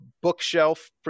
bookshelf